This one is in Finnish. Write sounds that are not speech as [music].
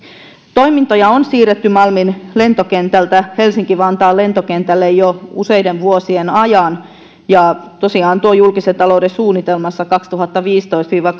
toimintoja on siirretty malmin lentokentältä helsinki vantaan lentokentälle jo useiden vuosien ajan ja tosiaan tuossa julkisen talouden suunnitelmassa kaksituhattaviisitoista viiva [unintelligible]